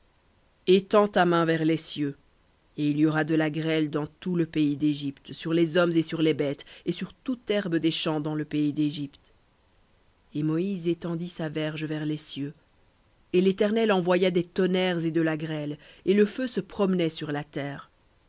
étends ta main vers les cieux et il y aura de la grêle dans tout le pays d'égypte sur les hommes et sur les bêtes et sur toute herbe des champs dans le pays dégypte et moïse étendit sa verge vers les cieux et l'éternel envoya des tonnerres et de la grêle et le feu se promenait sur la terre